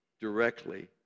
directly